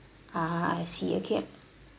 (uh huh) I see okay